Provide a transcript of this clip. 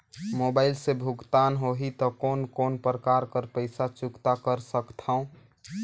Mobile से भुगतान होहि त कोन कोन प्रकार कर पईसा चुकता कर सकथव?